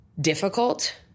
difficult